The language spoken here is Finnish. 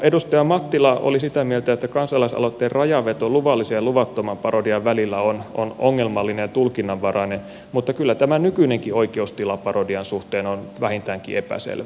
edustaja mattila oli sitä mieltä että kansalaisaloitteen rajanveto luvallisen ja luvattoman parodian välillä on ongelmallista ja tulkinnanvaraista mutta kyllä tämä nykyinenkin oikeustila parodian suhteen on vähintäänkin epäselvä